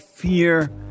fear